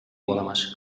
olemas